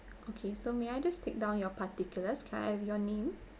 okay so may I just take down your particulars can I have your name